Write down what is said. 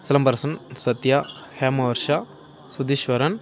Silambarasan Sathya Hemavarsha Sudheeshwaran